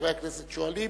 שכשחברי הכנסת שואלים,